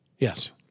Yes